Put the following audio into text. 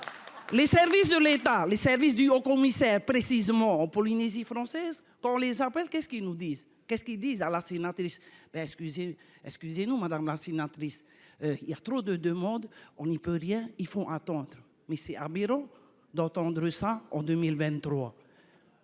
Les services de l'État, les services du commissaire précisément en Polynésie française, quand les arbres. Qu'est-ce qu'ils nous disent qu'est-ce qu'ils disent à la sénatrice PS cuisine excusez nous madame Martine actrice. Il y a trop de, de monde on n'y peut rien, ils font attendre, mais c'est à environ d'entendre ça en 2023.